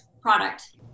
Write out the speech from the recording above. product